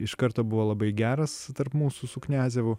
iš karto buvo labai geras tarp mūsų su kniazevu